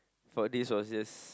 for this was just